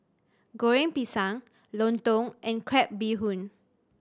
Goreng Pisang lontong and crab bee hoon